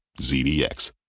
ZDX